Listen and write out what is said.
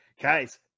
guys